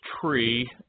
tree